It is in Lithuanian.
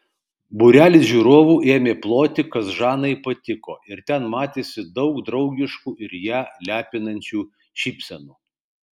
būrelis žiūrovų ėmė ploti kas žanai patiko ir ten matėsi daug draugiškų ir ją lepinančių šypsenų